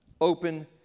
Open